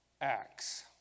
acts